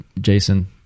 Jason